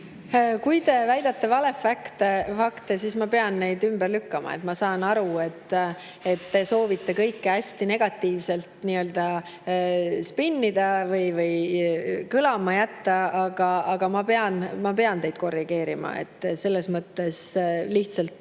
Kui te väidate valefakte, siis ma pean neid ümber lükkama. Ma saan aru, et te soovite kõike hästi negatiivselt spinnida või kõlama jätta, aga ma pean teid korrigeerima. Selles mõttes lihtsalt